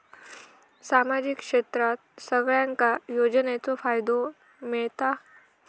सामाजिक क्षेत्रात सगल्यांका योजनाचो फायदो मेलता?